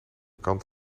kant